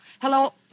hello